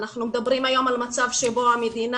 אנחנו מדברים היום על מצב שבו המדינה